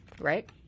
right